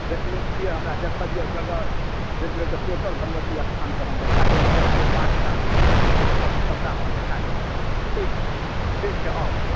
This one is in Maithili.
देखने छियै हमरा देखल यऽ जगह एक टोटल भगवती स्थान कऽ हम देखा देब आओर जे पार्क तार्क छै से सभ सभटा हम देखाय देब मिलैक ठीक छै ठीक छै आउ अहाँ